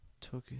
Tokyo